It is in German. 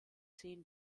zehn